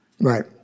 Right